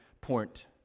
point